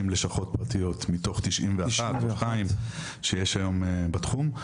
לשכות פרטיות מתוך 92 שיש היום בתחום,